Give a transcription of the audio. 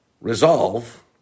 resolve